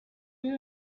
you